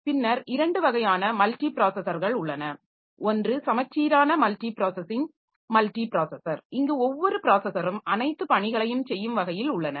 பின்னர் 2 வகையான மல்டி ப்ராஸஸர்கள் உள்ளன ஒன்று சமச்சீரான மல்டி ப்ராஸஸிங் மல்டி ப்ராஸஸர் இங்கு ஒவ்வொரு ப்ராஸஸரும் அனைத்து பணிகளையும் செய்யும் வகையில் உள்ளன